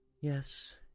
Yes